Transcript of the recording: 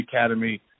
Academy